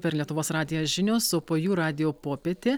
per lietuvos radiją žinios o po jų radijo popietė